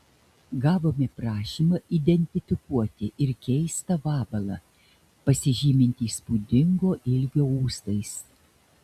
gavome prašymą identifikuoti ir keistą vabalą pasižymintį įspūdingo ilgio ūsais